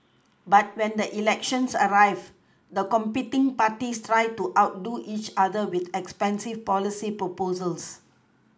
but when the elections arrived the competing parties tried to outdo each other with expensive policy proposals